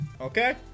okay